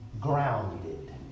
grounded